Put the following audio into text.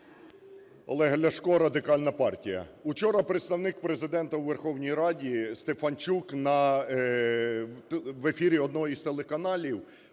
Олег Ляшко, Радикальна партія. Учора Представник Президента у Верховній Раді Стефанчук в ефірі одного з телеканалів